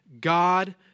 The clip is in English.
God